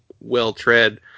well-tread